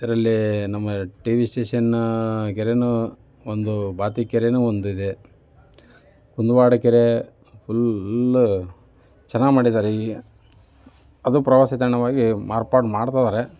ಇದರಲ್ಲಿ ನಮ್ಮ T V station ಕೆರೆಯೋ ಒಂದು ಬಾತಿ ಕೆರೆಯೋ ಒಂದಿದೆ ಕುಂದವಾಡ ಕೆರೆ ಫುಲ್ ಚೆನ್ನಾಗಿ ಮಾಡಿದ್ದಾರೆ ಅದು ಪ್ರವಾಸಿ ತಾಣವಾಗಿ ಮಾರ್ಪಾಡು ಮಾಡ್ತಿದ್ದಾರೆ